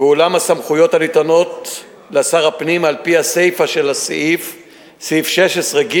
ואולם הסמכויות הנתונות לשר הפנים על-פי הסיפא של סעיף 16(ג)